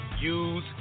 use